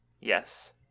Yes